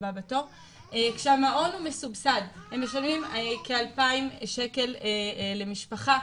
כשהמעון הוא מסובסד הם משלמים כאלפיים שקל למשפחה,